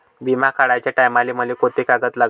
बिमा काढाचे टायमाले मले कोंते कागद लागन?